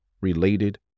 related